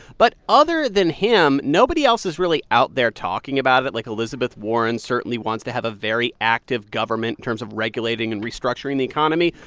but other than him, him, nobody else is really out there talking about it like, elizabeth warren certainly wants to have a very active government in terms of regulating and restructuring the economy,